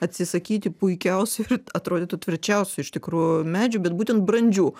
atsisakyti puikiausių ir atrodytų tvirčiausių iš tikrųjų medžių bet būtent brandžių